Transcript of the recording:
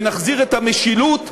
ונחזיר את המשילות,